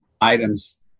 items